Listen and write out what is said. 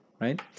right